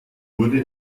wurde